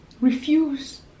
Refuse